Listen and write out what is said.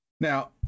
Now